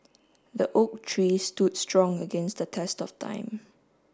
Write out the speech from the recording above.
the oak tree stood strong against the test of time